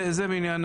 זה בעניין